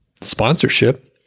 sponsorship